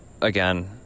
again